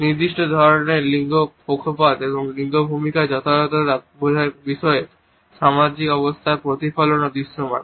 নির্দিষ্ট ধরণের লিঙ্গ পক্ষপাত এবং লিঙ্গ ভূমিকার যথাযথতা বোঝার বিষয়ে সামাজিক অবস্থার প্রতিফলনও দৃশ্যমান